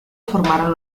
formaron